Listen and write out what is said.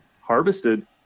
harvested